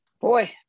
Boy